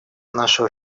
нашего